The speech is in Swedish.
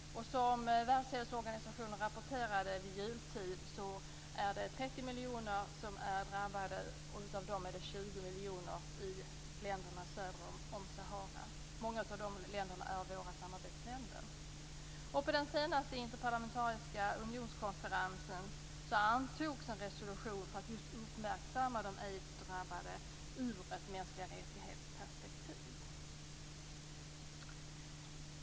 Som Världshälsoorganisationen rapporterade vid jultid är det 30 miljoner som är drabbade. 20 miljoner av dem finns i länderna söder om Sahara. Många av de länderna är våra samarbetsländer. På den senaste interparlamentariska unionskonferensen antogs en resolution för att just uppmärksamma de aidsdrabbade ur ett MR-perspektiv.